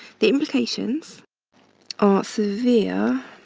the implications are severe